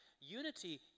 Unity